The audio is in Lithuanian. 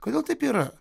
kodėl taip yra